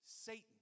Satan